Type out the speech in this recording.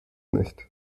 nicht